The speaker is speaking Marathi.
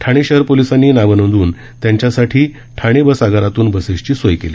ठाणे शहर पोलिसांनी नावे नोंदवून त्यांच्यासाठी ठाणे बस आगारातून बसेसची सोय केली